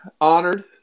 honored